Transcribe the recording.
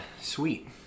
Sweet